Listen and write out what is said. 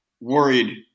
worried